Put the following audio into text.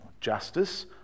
justice